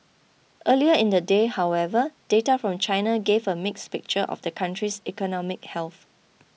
earlier in the day however data from China gave a mixed picture of the country's economic health